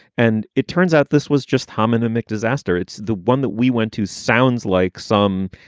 and it turns out this was just hominum mic disaster. it's the one that we went to. sounds like some,